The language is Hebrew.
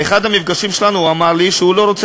באחד המפגשים שלנו הוא אמר לי שהוא לא רוצה